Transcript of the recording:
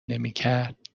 نمیکرد